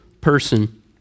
person